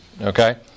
okay